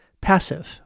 passive